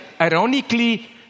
ironically